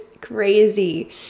crazy